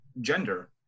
gender